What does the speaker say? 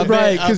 right